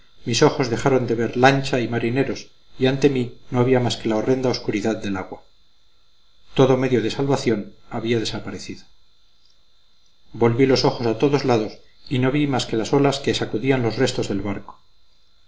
mis ojos dejaron de ver lancha y marineros y ante mí no había más que la horrenda obscuridad del agua todo medio de salvación había desaparecido volví los ojos a todos lados y no vi más que las olas que sacudían los restos del barco